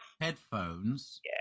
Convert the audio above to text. headphones